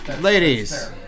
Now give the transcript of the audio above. Ladies